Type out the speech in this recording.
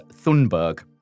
Thunberg